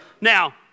now